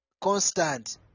constant